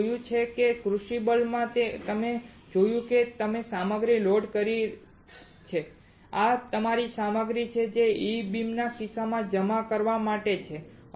આપણે જોયું છે કે ક્રુસિબલમાં તમે જોયું છે કે તમે સામગ્રી લોડ કરી છે આ તમારી સામગ્રી છે જે E બીમના કિસ્સામાં જમા કરવા માટે છે